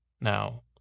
Now